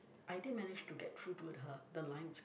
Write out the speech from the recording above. I did manage to get through to her the line was cut